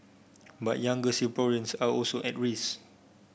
but younger Singaporeans are also at risk